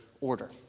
order